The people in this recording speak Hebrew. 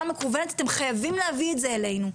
מכוונת אתם חייבים להביא את זה אלינו.